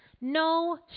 No